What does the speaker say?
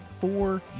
four